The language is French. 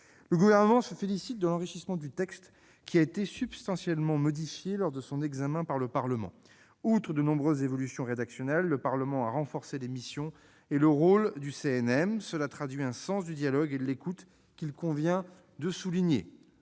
Le Gouvernement se félicite de l'enrichissement du texte, qui a été substantiellement modifié lors de son examen par le Parlement. Outre de nombreuses évolutions rédactionnelles, celui-ci a renforcé les missions et le rôle du CNM, ce qui traduit un sens du dialogue et de l'écoute qu'il convient de souligner.